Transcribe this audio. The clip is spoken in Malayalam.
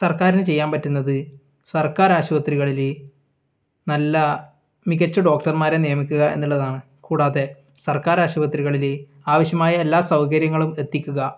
സർക്കാരിന് ചെയ്യാൻ പറ്റുന്നത് സർക്കാർ ആശുപത്രികളിൽ നല്ല മികച്ച ഡോക്ടർമാരെ നിയമിക്കുക എന്നുള്ളതാണ് കൂടാതെ സർക്കാർ ആശുപത്രികളിൽ ആവശ്യമായ എല്ലാ സൗകര്യങ്ങളും എത്തിക്കുക